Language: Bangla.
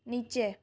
নিচে